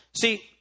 See